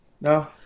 No